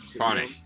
funny